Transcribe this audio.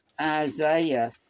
Isaiah